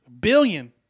billion